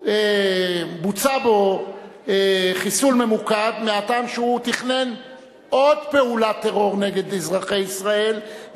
בוצע בו חיסול ממוקד מהטעם שהוא תכנן עוד פעולת טרור נגד אזרחי ישראל,